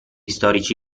storici